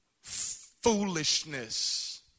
Foolishness